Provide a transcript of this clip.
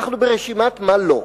אנחנו ברשימה של מה לא: